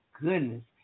goodness